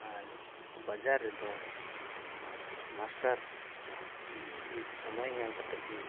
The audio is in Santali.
ᱟᱨ ᱵᱟᱡᱟᱨ ᱨᱮᱫᱚ ᱥᱚᱢᱚᱭ ᱧᱮᱞ ᱠᱟᱛᱮᱫ ᱜᱮ